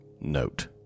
note